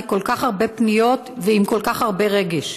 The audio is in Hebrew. כל כך הרבה פניות ועם כל כך הרבה רגש.